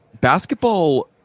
basketball